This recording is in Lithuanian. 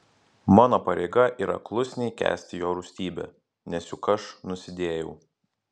mano pareiga yra klusniai kęsti jo rūstybę nes juk aš nusidėjau